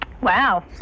Wow